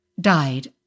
died